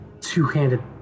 two-handed